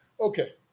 Okay